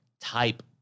type